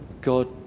God